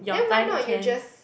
then why not you just